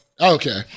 Okay